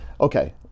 Okay